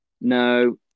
No